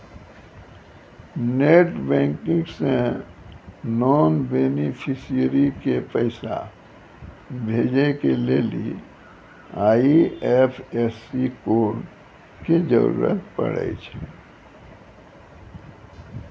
net banking से non beneficiary के पैसा भेजै के लेली आई.एफ.एस.सी कोड के जरूरत पड़ै छै